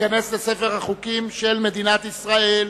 ותיכנס לספר החוקים של מדינת ישראל.